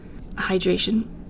hydration